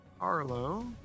Arlo